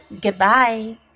goodbye